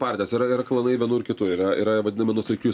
partijas yra ir klanai vienur kitur yra yra vadinami nuosaikiųjų